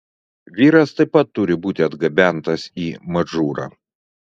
vyras taip pat turi būti atgabentas į madžūrą